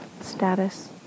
status